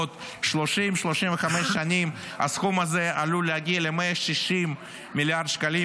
בעוד 35-30 שנים הסכום הזה עלול להגיע ל-160 מיליארד שקלים,